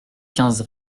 quinze